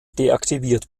deaktiviert